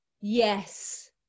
Yes